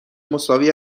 مساوی